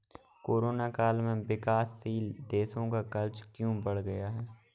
Corona काल में विकासशील देशों का कर्ज क्यों बढ़ गया है?